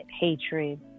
hatred